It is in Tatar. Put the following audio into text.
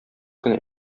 кенә